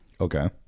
Okay